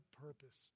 purpose